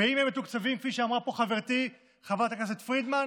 וכפי שאמרה פה חברתי חברת הכנסת פרידמן,